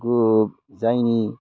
जायनि